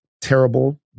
terrible